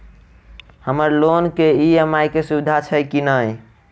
हम्मर लोन केँ ई.एम.आई केँ सुविधा छैय की नै?